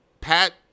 Pat